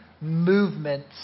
movements